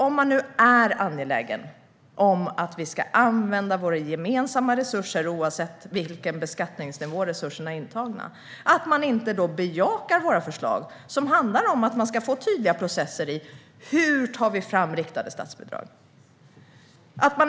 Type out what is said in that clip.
Om man nu är angelägen om att vi ska använda våra gemensamma resurser oavsett vid vilken beskattningsnivå resurserna tas in förstår jag inte varför man inte bejakar våra förslag, som handlar om att få tydliga processer för att ta fram riktade statsbidrag.